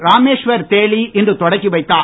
ராமேஷ்வர் தேலி இன்று தொடக்கி வைத்தார்